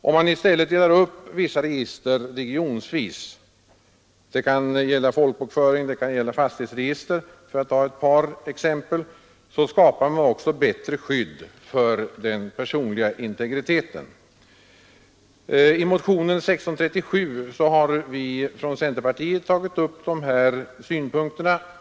Om man i stället delar upp vissa register regionvis — det kan gälla folkbokföring, det kan gälla fastighetsregister för att ta ett par exempel — skapar man också bättre skydd för den personliga integriteten. I motionen 1637 har vi från centerpartiet tagit upp dessa synpunkter.